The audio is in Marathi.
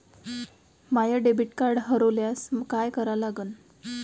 माय डेबिट कार्ड हरोल्यास काय करा लागन?